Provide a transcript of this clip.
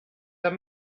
i’m